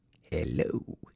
Hello